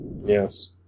Yes